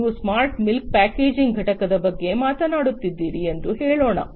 ನೀವು smart milk packaging ಘಟಕದ ಬಗ್ಗೆ ಮಾತನಾಡುತ್ತಿದ್ದೀರಿ ಎಂದು ಹೇಳೋಣ